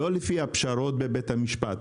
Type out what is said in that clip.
לא לפי הפשרות בבית המשפט.